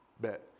bet